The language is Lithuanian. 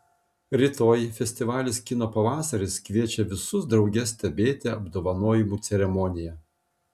rytoj festivalis kino pavasaris kviečia visus drauge stebėti apdovanojimų ceremoniją